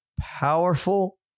powerful